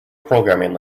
programming